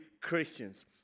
Christians